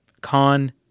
Con